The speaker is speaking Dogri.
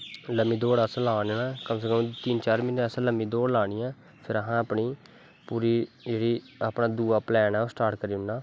लम्मी दौड़ अस ला ने कम से कम तिन्न चार महीनें असैं लम्मी दौड़ लानी ऐ फिर असैं अपनी पूरी जेह्ड़ी अपना दुआ पलैन ऐ ओह् सटार्ट करी ओड़ना